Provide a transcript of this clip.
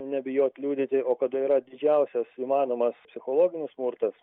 nebijot liudyti o kada yra didžiausias įmanomas psichologinis smurtas